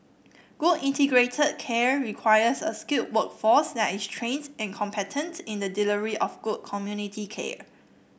good integrated care requires a skilled workforce that is trains and competent in the delivery of good community care